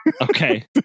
Okay